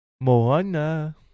Moana